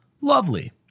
lovely